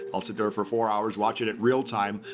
i'll sit there for four hours watching it real time.